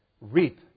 reap